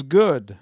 good